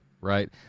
Right